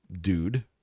dude